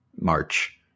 March